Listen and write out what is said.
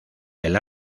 del